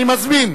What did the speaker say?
אני מזמין